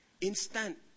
Instant